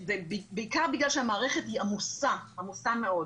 בעיקר בגלל שהמערכת היא עמוסה, עמוסה מאוד,